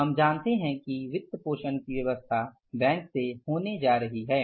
हम जानते हैं कि वित्तपोषण की व्यवस्था बैंक से होने जा रही है